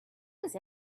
does